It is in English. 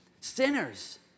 Sinners